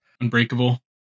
Unbreakable